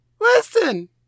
listen